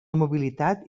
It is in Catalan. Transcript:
mobilitat